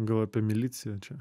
gal apie miliciją čia